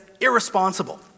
irresponsible